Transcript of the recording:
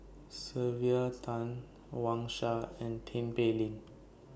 Sylvia Tan Wang Sha and Tin Pei Ling